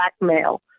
blackmail